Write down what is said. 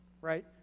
right